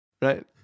Right